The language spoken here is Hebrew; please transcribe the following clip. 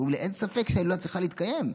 אומרים לי: אין ספק שההילולה צריכה להתקיים,